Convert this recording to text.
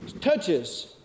touches